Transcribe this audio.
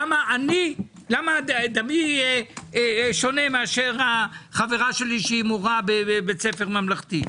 למה דמי שונה מאשר החברה שלי שהיא מורה בבית ספר ממלכתי?